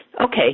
Okay